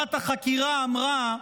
שוועדת החקירה אמרה: